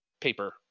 paper